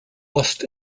lost